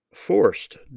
Forced